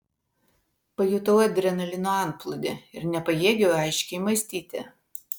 pajutau adrenalino antplūdį ir nepajėgiau aiškiai mąstyti